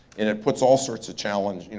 and it puts all sorts of challenge. and